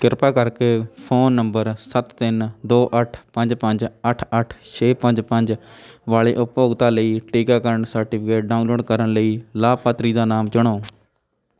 ਕਿਰਪਾ ਕਰਕੇ phone number ਸੱਤ ਤਿੰਨ ਦੋ ਅੱਠ ਪੰਜ ਪੰਜ ਅੱਠ ਅੱਠ ਛੇ ਪੰਜ ਪੰਜ ਵਾਲੇ ਉਪਭੋਗਤਾ ਲਈ ਟੀਕਾਕਰਨ ਸਰਟੀਫਿਕੇਟ ਡਾਊਨਲੋਡ ਕਰਨ ਲਈ ਲਾਭਪਾਤਰੀ ਦਾ ਨਾਮ ਚੁਣੋ